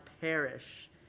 perish